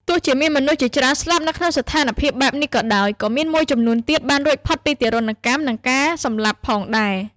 ទោះជាមានមនុស្សជាច្រើនស្លាប់ ក្នុងស្ថានភាពបែបនេះក៏ដោយ ក៏មានមួយចំនួនទៀតបានរួចផុតពីទារុណកម្មនិងការសម្លាប់ផងដែរ។